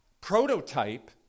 prototype